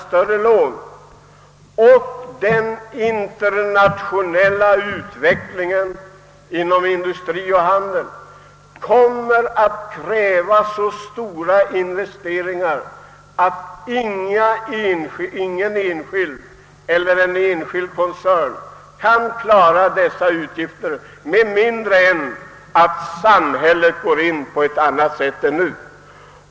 Samtidigt gör den internationella utvecklingen att det behövs så stora investeringar, att inga enskilda och inga koncerner kan klara uppgiften med mindre än att samhället går in på ett annat sätt än nu.